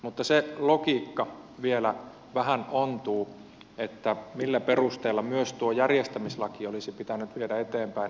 mutta se logiikka vielä vähän ontuu millä perusteella myös tuo järjestämislaki olisi pitänyt viedä eteenpäin